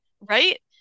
right